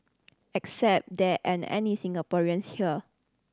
except there aren't any Singaporeans here